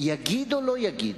יגיד או לא יגיד?